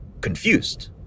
confused